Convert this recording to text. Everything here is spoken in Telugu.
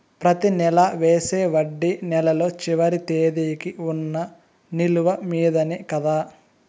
ప్రతి నెల వేసే వడ్డీ నెలలో చివరి తేదీకి వున్న నిలువ మీదనే కదా?